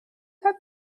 hat